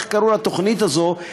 איך קראו לתוכנית הזאת?